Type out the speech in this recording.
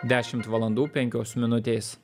dešimt valandų penkios minutės